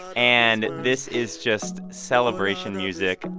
and this is just celebration music.